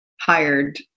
hired